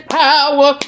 power